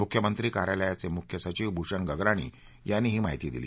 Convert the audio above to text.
मुख्यमंत्री कार्यालयाचे मुख्य सचिव भूषण गगरानी यांनी ही माहिती दिली